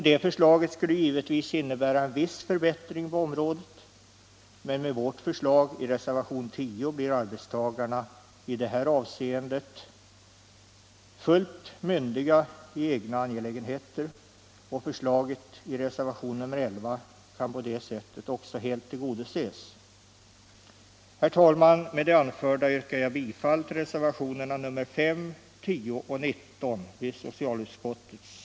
Det förslaget skulle givetvis innebära en viss förbättring på området, men med vårt förslag i reservationen 10 blir arbetstagarna i det här avseendet fullt myndiga i egna angelägenheter, och förslaget i reservationen 11 kan på det sättet också helt tillgodoses.